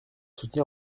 soutenir